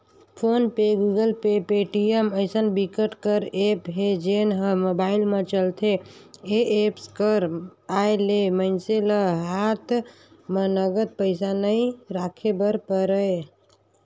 phone पे, Google pay, Paytm अइसन बिकट कर ऐप हे जेन ह मोबाईल म चलथे ए एप्स कर आए ले मइनसे ल हात म नगद पइसा नइ राखे बर परय